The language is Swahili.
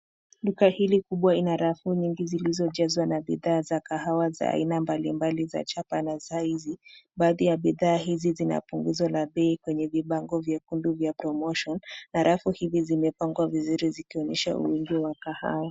Duka hili kubwa inarafu nyingi zilizojazwa na bidhaa za kahawa za aina mbalimbali za chapa na zaidi. Baadhi ya bidhaa hizi zinapunguzo la bei kwenye vibango vyekundu vya promotion na rafu hivi zimepangwa vizuri zikionyesha uwingi wa kahawa.